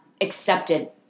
accepted